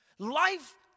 Life